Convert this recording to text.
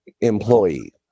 employee